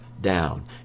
Down